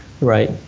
right